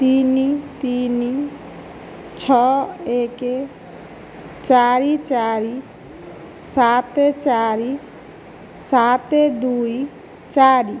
ତିନି ତିନି ଛଅ ଏକ ଚାରି ଚାରି ସାତ ଚାରି ସାତ ଦୁଇ ଚାରି